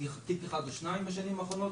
תיק אחד או שניים בשנים האחרונות.